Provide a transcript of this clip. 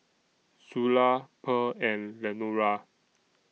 Zula Pearl and Lenora